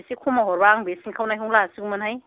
इसे खमाव हरबा आं बे सिनखावनायखौनो लासिगौमोनहाय